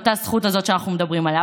אותה זכות שאנחנו מדברים עליה,